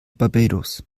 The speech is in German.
barbados